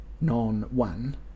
non-one